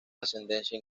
ascendencia